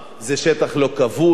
עוד מעט שטח משוחרר.